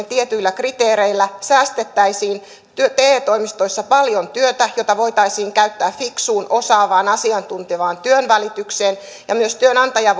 tietyillä kriteereillä säästettäisiin te toimistoissa paljon työtä jota voitaisiin käyttää fiksuun osaavaan asiantuntevaan työnvälitykseen ja myös työnantaja